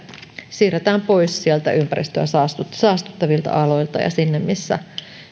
siirretään pois sieltä ympäristöä saastuttavilta aloilta sinne missä